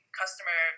customer